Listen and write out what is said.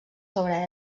sobre